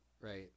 right